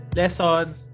lessons